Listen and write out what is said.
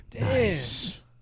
Nice